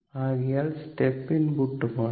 ആകയാൽ സ്റ്റെപ്പ് ഇൻപുട്ടും ആണ്